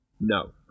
No